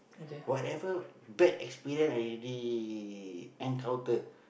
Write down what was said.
whatever bad experience I already encounter